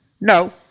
No